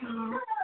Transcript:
অ